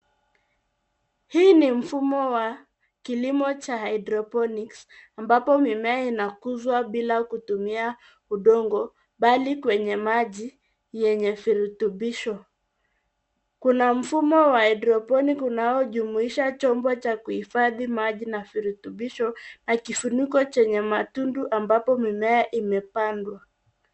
Hii ni mfumo wa kilimo cha haidroponiki ambapo mimea inakuzwa bila kutumia udongo bali kwenye maji yenye virutubisho, kuna mfumo wa hydroponic unaojumuisha chombo cha kuhifadhi maji na virutubisho na kifuniko chenye matundu.